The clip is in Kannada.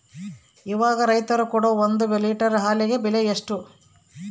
ಇವಾಗ ರೈತರು ಕೊಡೊ ಒಂದು ಲೇಟರ್ ಹಾಲಿಗೆ ಬೆಲೆ ಎಷ್ಟು?